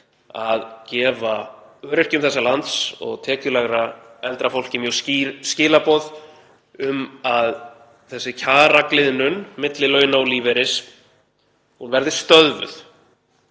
að gefa öryrkjum þessa lands og tekjulægra eldra fólki mjög skýr skilaboð um að þessi kjaragliðnun milli launa og lífeyris verði stöðvuð